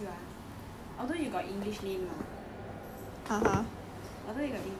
!ouch! okay you know okay I ask you uh although you got english name lah